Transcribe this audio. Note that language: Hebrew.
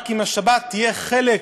רק אם השבת תהיה חלק